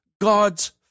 God's